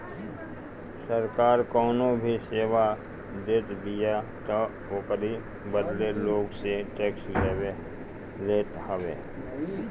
सरकार कवनो भी सेवा देतबिया तअ ओकरी बदले लोग से टेक्स लेत हवे